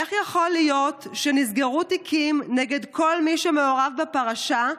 איך יכול להיות שנסגרו תיקים נגד כל מי שמעורב בפרשה,